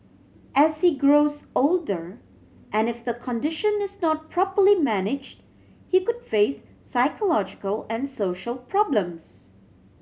as he grows older and if the condition is not properly managed he could face psychological and social problems